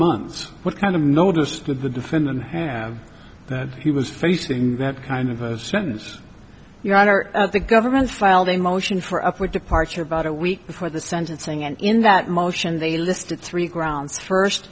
months what kind of noticed that the defendant have that he was facing that kind of a sentence your honor the government filed a motion for upward departure about a week before the sentencing and in that motion they listed three grounds first